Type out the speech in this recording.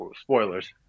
spoilers